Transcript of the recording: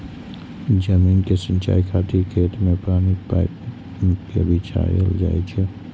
जमीन के सिंचाइ खातिर खेत मे पानिक पाइप कें बिछायल जाइ छै